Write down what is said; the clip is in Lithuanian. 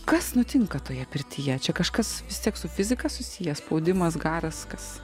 kas nutinka toje pirtyje čia kažkas vis tiek su fizika susiję spaudimas garas kas